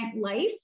life